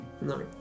No